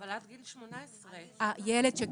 אבל זה עד גיל 18. נכון.